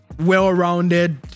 well-rounded